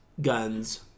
guns